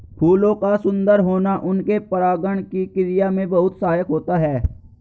फूलों का सुंदर होना उनके परागण की क्रिया में बहुत सहायक होता है